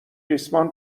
ریسمان